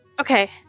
Okay